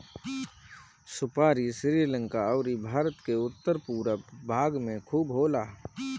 सुपारी श्रीलंका अउरी भारत के उत्तर पूरब भाग में खूब होला